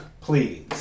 please